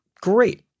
great